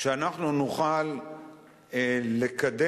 שאנחנו נוכל לקדם